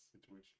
situation